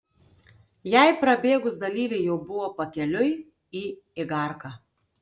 jai prabėgus dalyviai jau buvo pakeliui į igarką